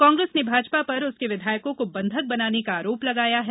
कांग्रेस ने भाजपा पर उसके विधायको को बंधक बनाने का आरोप लगाया है